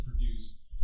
produce